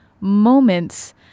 moments